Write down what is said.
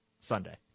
Sunday